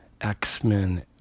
X-Men